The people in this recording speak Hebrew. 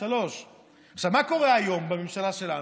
3. מה קורה היום בממשלה שלנו?